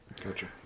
Gotcha